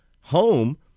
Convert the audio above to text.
home